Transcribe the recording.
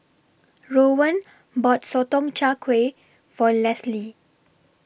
Rowan bought Sotong Char Kway For Lesly